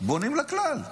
בונים לכלל,